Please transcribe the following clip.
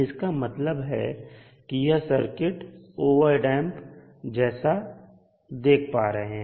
इसका मतलब है कि यह सर्किट ओवरट डैंप है जैसा आप देख पा रहे हैं